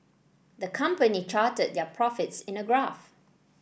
the company charted their profits in a graph